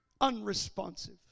unresponsive